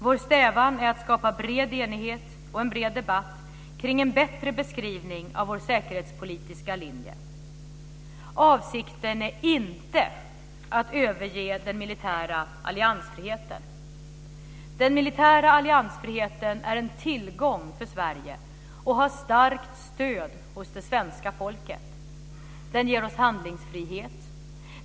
Vår strävan är att skapa bred enighet, och en bred debatt, kring en bättre beskrivning av vår säkerhetspolitiska linje. Avsikten är inte att överge den militära alliansfriheten. Den militära alliansfriheten är en tillgång för Sverige och har starkt stöd hos det svenska folket. Den ger oss handlingsfrihet.